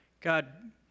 God